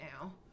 now